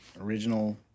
original